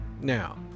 Now